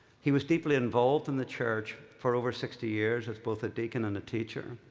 he was deeply involved in the church for over sixty years as both a deacon and a teacher.